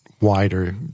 wider